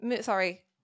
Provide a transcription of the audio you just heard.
Sorry